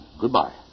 Goodbye